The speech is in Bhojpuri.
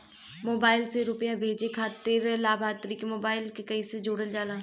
मोबाइल से रूपया भेजे खातिर लाभार्थी के मोबाइल मे कईसे जोड़ल जाला?